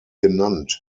genannt